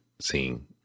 seeing